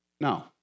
No